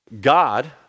God